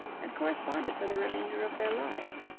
and corresponded for the remainder of their lives.